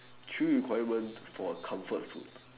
three requirement for comfort food